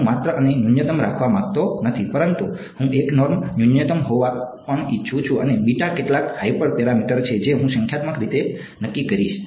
હું માત્ર આને ન્યૂનતમ રાખવા માંગતો નથી પરંતુ હું 1 નોર્મ ન્યૂનતમ હોવા પણ ઇચ્છું છું અને બીટા કેટલાક હાઇપર પેરામીટર છે જે હું સંખ્યાત્મક રીતે નક્કી કરીશ